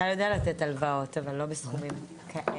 צה"ל יודע לתת הלוואות, אבל לא בסכומים כאלה.